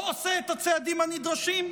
לא עושה את הצעדים הנדרשים?